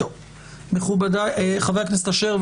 חבר הכנסת אשר,